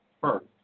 first